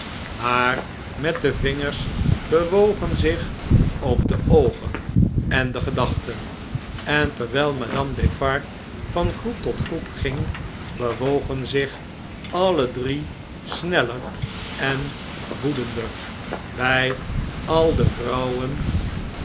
maar met de vingers bewogen zich ook de oogen en de gedachten er terwijl madame defarge van groep tot groep ging bewogen zich alle drie sneller en woedender bjj al de vrouwen